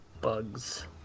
bugs